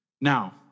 Now